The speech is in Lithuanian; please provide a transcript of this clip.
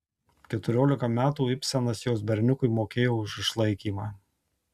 keturiolika metų ibsenas jos berniukui mokėjo už išlaikymą